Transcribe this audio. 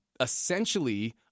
essentially